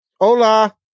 Hola